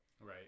Right